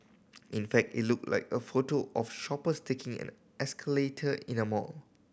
in fact it looked like a photo of shoppers taking an escalator in a mall